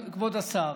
כבוד השר,